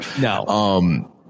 No